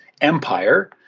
empire